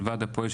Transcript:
של וועד הפועל,